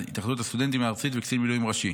התאחדות הסטודנטית הארצית וקצין מילואים ראשי.